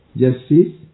justice